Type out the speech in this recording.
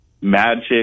magic